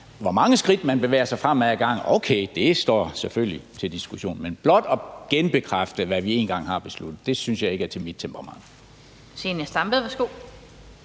Hvor mange skridt man bevæger sig fremad ad gangen – okay, det står selvfølgelig til diskussion. Men blot at genbekræfte, hvad vi en gang har besluttet, det synes jeg ikke mit temperament